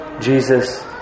Jesus